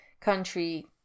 country